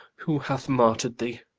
who hath martyr'd thee?